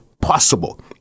possible